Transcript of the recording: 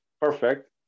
perfect